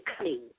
clean